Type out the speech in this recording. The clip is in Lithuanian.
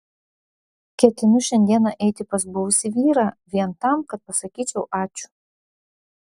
ketinu šiandieną eiti pas buvusį vyrą vien tam kad pasakyčiau ačiū